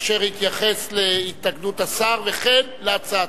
אשר יתייחס להתנגדות השר, וכן להצעתו.